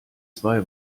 zwei